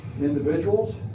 individuals